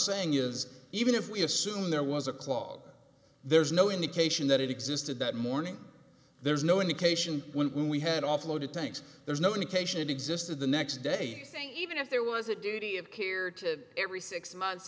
saying is even if we assume there was a clogged there's no indication that it existed that morning there's no indication when we had offloaded tanks there's no indication it existed the next day even if there was a duty of care to every six months